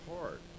hard